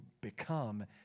become